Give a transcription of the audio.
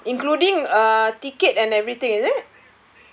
oh including uh ticket and everything is it